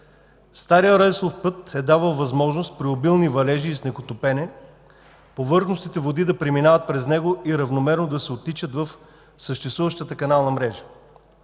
Старият релсов път е давал възможност при обилни валежи и снеготопене повърхностните води да преминават през него и равномерно да се оттичат в съществуващата канална мрежа.